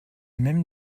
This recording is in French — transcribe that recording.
même